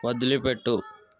వదిలిపెట్టు